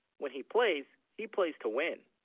when he plays he plays to win